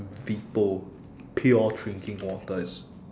vepo pure drinking water is